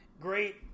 Great